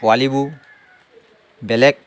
পোৱালিবোৰ বেলেগ